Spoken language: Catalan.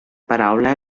paraula